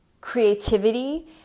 creativity